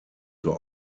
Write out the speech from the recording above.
zur